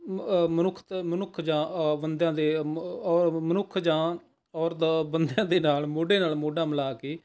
ਮਨੁੱਖ ਤ ਮਨੁੱਖ ਜਾਂ ਬੰਦਿਆਂ ਦੇ ਮ ਮਨੁੱਖ ਜਾਂ ਔਰਤਾਂ ਬੰਦਿਆਂ ਦੇ ਨਾਲ ਮੋਢੇ ਨਾਲ ਮੋਢਾ ਮਿਲਾ ਕੇ